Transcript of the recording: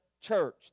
church